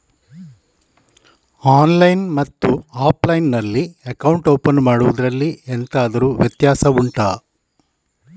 online ಮತ್ತು offline ನಲ್ಲಿ account open ಮಾಡುವುದರಲ್ಲಿ ಎಂತಾದರು ವ್ಯತ್ಯಾಸ ಉಂಟಾ